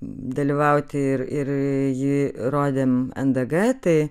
dalyvauti ir ir jį rodėm ndg tai